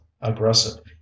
aggressive